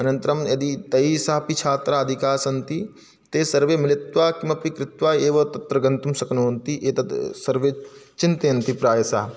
अनन्तरं यदि तैः सः अपि छात्राधिकाः सन्ति ते सर्वे मिलित्वा किमपि कृत्वा एव तत्र गन्तुं शक्नुवन्ति एतद् सर्वे चिन्तयन्ति प्रायशः